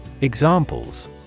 Examples